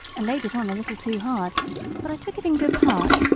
and laid it on a little too hard but i took it in good part,